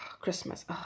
Christmas